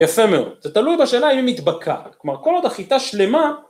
יפה מאוד, זה תלוי בשאלה אם היא מתבקעת, כלומר כל עוד החיטה שלמה